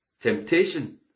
Temptation